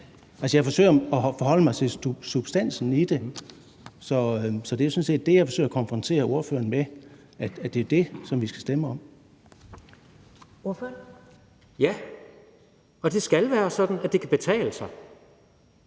jeg forsøger at forholde mig til substansen i det, så det er jo sådan set det, jeg forsøger at konfrontere ordføreren med, nemlig at det er det, som vi skal stemme om. Kl. 13:24 Første næstformand (Karen